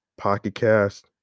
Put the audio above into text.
PocketCast